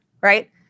right